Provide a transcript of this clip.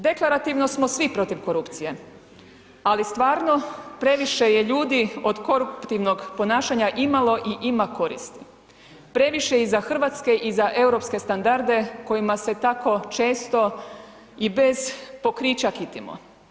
Deklarativno smo svi protiv korupcije, ali stvarno previše je ljudi od koruptivnog ponašanja i ima koristi, previše i za hrvatske i za europske standarde kojima se tako često i bez pokrića kitimo.